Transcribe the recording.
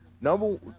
number